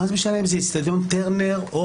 מה זה משנה אם זה אצטדיון טרנר או